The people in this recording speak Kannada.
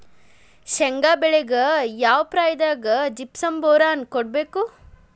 ಶೇಂಗಾ ಬೆಳೆಗೆ ಯಾವ ಪ್ರಾಯದಾಗ ಜಿಪ್ಸಂ ಬೋರಾನ್ ಕೊಡಬೇಕು?